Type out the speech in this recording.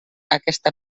aquesta